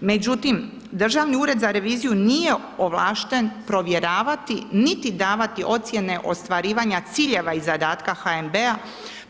Međutim Državni ured za reviziju nije ovlašten provjeravati niti davati ocjene ostvarivanja ciljeva i zadatka HNB-a